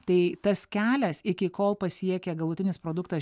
tai tas kelias iki kol pasiekia galutinis produktas